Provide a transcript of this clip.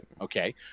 Okay